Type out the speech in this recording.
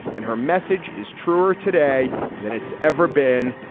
and her message is truer today than it's ever been.